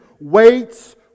waits